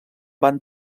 van